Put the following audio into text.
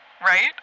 Right